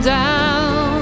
down